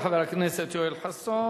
תודה לחבר הכנסת יואל חסון.